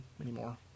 anymore